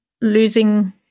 losing